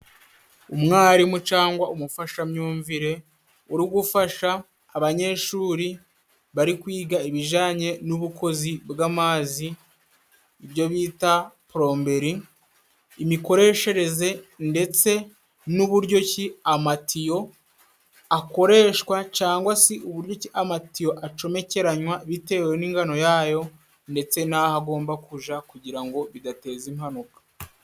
Umwarimu cangwa umufashamyumvire uri gufasha abanyeshuri bari kwiga ibijanye n'ubukozi bw'amazi, ibyo bita poromberi, imikoreshereze ndetse n'uburyo ki amatiyo akoreshwa cangwa si uburyo amatiyo acomekeranwa bitewe n'ingano yayo, ndetse n'aho agomba kuja kugira ngo bidateza impanuka.